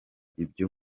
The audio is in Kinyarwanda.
ibyo